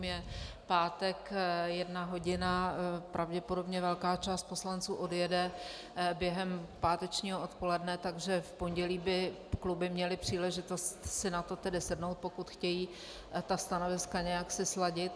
Je pátek jedna hodina, pravděpodobně velká část poslanců odjede během pátečního odpoledne, takže v pondělí by kluby měly příležitost si na to sednout, pokud si chtějí ta stanoviska nějak sladit.